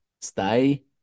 stay